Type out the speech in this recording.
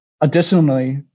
Additionally